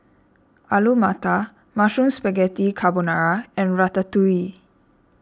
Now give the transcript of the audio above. Alu Matar Mushroom Spaghetti Carbonara and Ratatouille